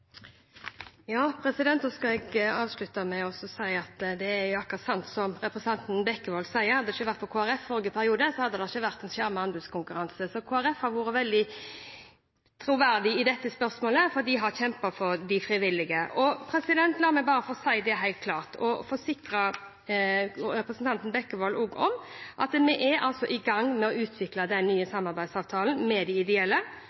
skal jeg avslutte med å si at det er sant akkurat som representanten Bekkevold sier. Hadde det ikke vært for Kristelig Folkeparti i forrige periode, så hadde det ikke vært en skjermet anbudskonkurranse. Kristelig Folkeparti har vært veldig troverdige i dette spørsmålet, for de har kjempet for de frivillige. La meg bare få si det helt klart, og også forsikre representanten Bekkevold om det: Vi er i gang med å utvikle den nye samarbeidsavtalen med de ideelle.